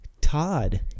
Todd